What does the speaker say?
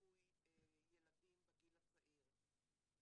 מיפוי ילדים בגיל הצעיר.